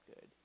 good